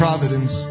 Providence